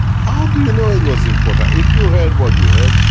how do you know it was important? ah if you heard what you heard,